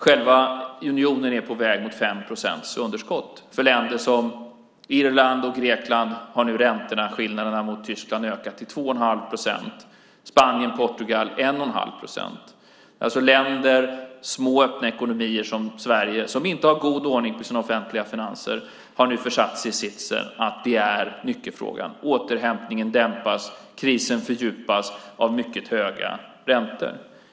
Själva unionen är på väg mot 5 procents underskott. För länder som Irland och Grekland har nu ränteskillnaderna gentemot Tyskland ökat till 2 1⁄2 procent. För Spanien och Portugal handlar det om 1 1⁄2 procent. Länder med små och öppna ekonomier - som Sverige - som inte har god ordning på sina offentliga finanser har nu hamnat i den sitsen att det är nyckelfrågan. Återhämtningen dämpas, och krisen fördjupas av mycket höga räntor.